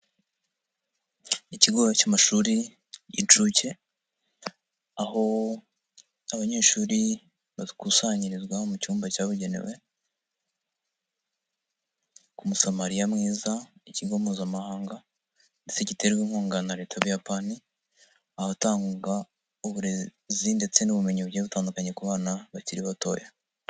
Ikigo cy'amashuri y'inshuke aho abanyeshuri bakusanyirizwa mu cyumba cyabugenewe, ku musamariya mwiza ikigo mpuzamahanga ndetse giterwa inkunga na leta y'ubuyapani, ahatanga uburezi ndetse n'ubumenyi bugiye butandukanye ku bana bakiri batoya.